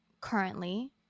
currently